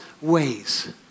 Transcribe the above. ways